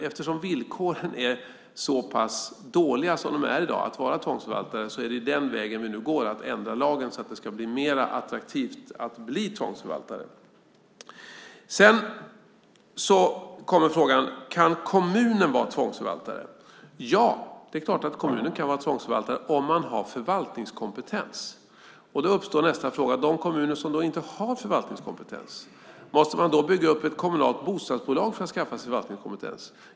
Eftersom villkoren för den som är tvångsförvaltare är så dåliga som de är i dag är det den vägen vi nu går, att ändra lagen så att det ska bli mer attraktivt att bli tvångsförvaltare. Kan kommunen vara tvångsförvaltare? Ja, det är klart att kommunen kan vara tvångsförvaltare om man har förvaltningskompetens. Då uppstår nästa fråga: Måste man, när det gäller de kommuner som inte har förvaltningskompetens, bygga upp ett kommunalt bostadsbolag för att skaffa sig förvaltningskompetens?